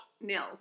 nil